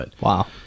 Wow